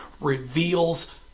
reveals